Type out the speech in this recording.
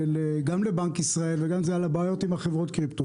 לבנק ישראל על הבעיות עם חברות הקריפטו,